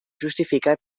justificat